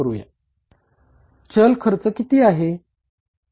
चल किंमत किती आहे